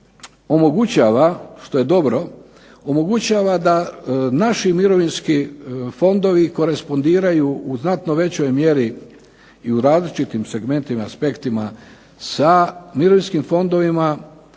omogućava što je dobro, omogućava da naši mirovinski fondovi korespondiraju u znatno većoj mjeri i u različitim segmentima, aspektima sa mirovinskim fondovima